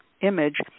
image